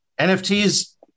NFTs